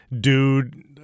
dude